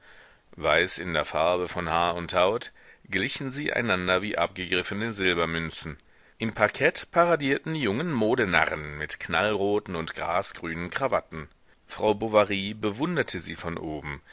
weiß in der farbe von haar und haut glichen sie einander wie abgegriffene silbermünzen im parkett paradierten die jungen modenarren mit knallroten und grasgrünen krawatten frau bovary bewunderte sie von oben